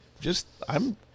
just—I'm